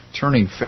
turning